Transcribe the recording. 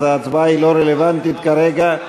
אז ההצבעה היא לא רלוונטית כרגע.